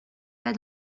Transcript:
pas